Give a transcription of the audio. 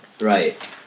Right